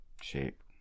shape